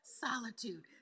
solitude